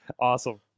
awesome